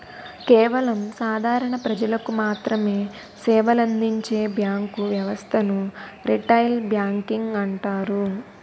కేవలం సాధారణ ప్రజలకు మాత్రమె సేవలందించే బ్యాంకు వ్యవస్థను రిటైల్ బ్యాంకింగ్ అంటారు